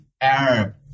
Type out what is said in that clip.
Arab